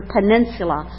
Peninsula